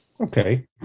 Okay